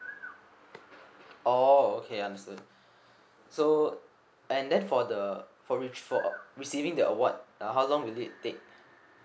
orh okay I understand so and then for the for the for receiving the award uh how long will it take